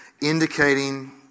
indicating